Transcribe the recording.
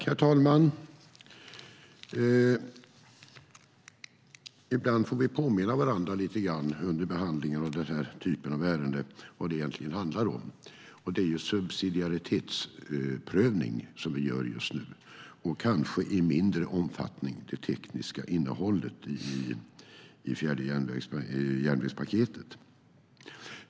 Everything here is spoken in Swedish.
Herr talman! Ibland får vi under behandlingen av denna typ av ärende påminna varandra lite grann om vad det egentligen handlar om. Det är en subsidiaritetsprövning vi gör just nu, och det handlar kanske i mindre omfattning om det tekniska innehållet i fjärde järnvägspaketet.